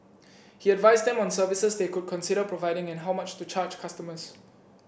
he advised them on services they could consider providing and how much to charge customers